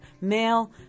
male